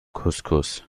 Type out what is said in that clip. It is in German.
couscous